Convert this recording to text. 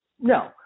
No